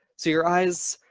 so your eyes,